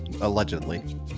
Allegedly